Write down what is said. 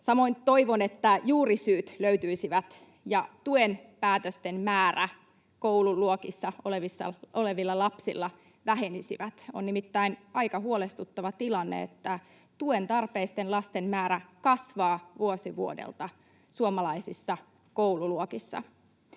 Samoin toivon, että juurisyyt löytyisivät ja tuen päätösten määrä koululuokissa olevilla lapsilla vähenisi. On nimittäin aika huolestuttava tilanne, että tuentarpeisten lasten määrä kasvaa vuosi vuodelta suomalaisissa koululuokissa.